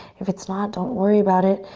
if it's not, don't worry about it.